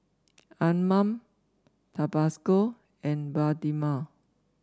Anmum Tabasco and Bioderma